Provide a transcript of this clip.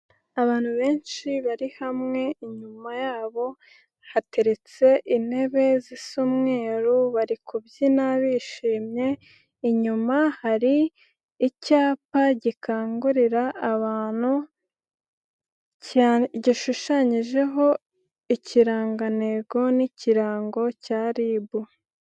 Abantu benshi bari hamwe, inyuma yabo hateretse intebe zisa umweru, bari kubyina bishimye, inyuma hari icyapa gikangurira abantu, gishushanyijeho ikirangantego n'ikirango cya Ribu.